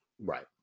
right